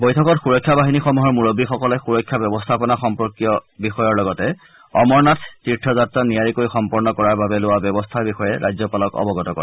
বৈঠকত সুৰক্ষা বাহিনীসমূহৰ মূৰববী সকলে সুৰক্ষ্য ব্যৱস্থাপনা সম্পৰ্কীয় বিষয়ৰ লগতে অমৰনাথ তীৰ্থ যাত্ৰা নিয়াৰীকৈ সম্পন্ন কৰাৰ বাবে লোৱা ব্যৱস্থাৰ বিষয়ে ৰাজ্যপালক অৱগত কৰে